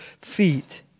feet